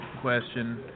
question